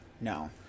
No